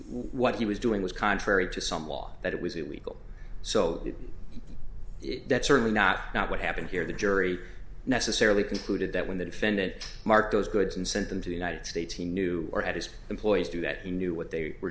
what he was doing was contrary to some law that it was it would go so that's certainly not not what happened here the jury necessarily concluded that when the defendant mark those goods and sent them to the united states he knew or at his employees do that he knew what they were